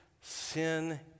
sin